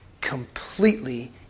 completely